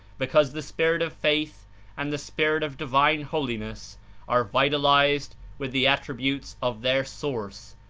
be cause the spirit of faith and the spirit of divine holiness are vitalized with the attributes of their source,